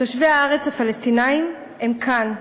תושבי הארץ הפלסטינים הם כאן,